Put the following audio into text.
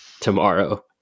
tomorrow